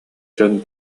дьон